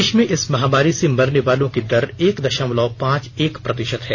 देश में इस महामारी से मरने वालों की दर एक दशमलव पांच एक प्रतिशत है